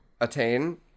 attain